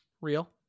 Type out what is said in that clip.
Real